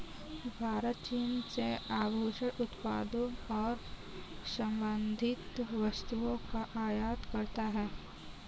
भारत चीन से आभूषण उत्पादों और संबंधित वस्तुओं का आयात करता है